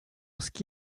ski